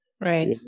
Right